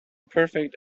perfect